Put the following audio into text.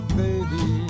baby